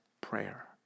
prayer